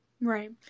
Right